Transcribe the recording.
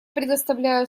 предоставляю